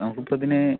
നമുക്ക് ഇപ്പോൾ ഇതിന്